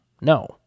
no